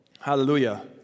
Hallelujah